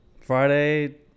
Friday